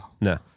No